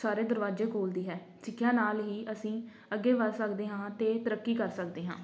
ਸਾਰੇ ਦਰਵਾਜੇ ਖੋਲ੍ਹਦੀ ਹੈ ਠੀਕ ਹੈ ਨਾਲ ਹੀ ਅਸੀਂ ਅੱਗੇ ਵਧ ਸਕਦੇ ਹਾਂ ਅਤੇ ਤਰੱਕੀ ਕਰ ਸਕਦੇ ਹਾਂ